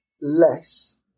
less